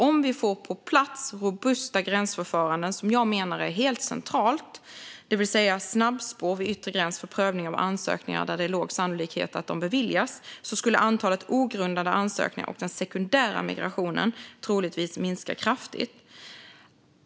Om man får på plats robusta gränsförfaranden, vilket jag menar är helt centralt, det vill säga snabbspår vid yttre gräns för prövning av ansökningar där det är låg sannolikhet för att de beviljas, skulle nämligen antalet ogrundade ansökningar och den sekundära migrationen troligtvis minska kraftigt.